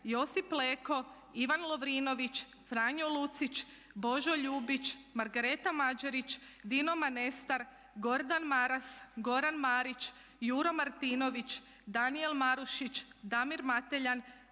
Josip Leko, Ivan Lovrinović, Franjo Lucić, Božo Ljubić, Margareta Mađarić, Dino Manestar, Gordan Maras, Goran Marić, Juro Martinović, Danijel Marušić, Damir Mateljan,